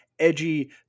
edgy